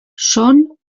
són